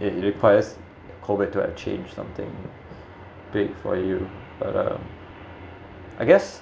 it requires COVID to have change something big for you but uh I guess